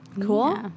Cool